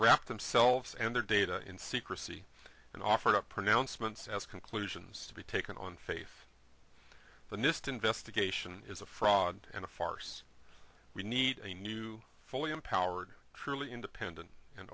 wrapped themselves and their data in secrecy and offered up pronouncements as conclusions to be taken on faith the nist investigation is a fraud and a farce we need a new fully empowered truly independent and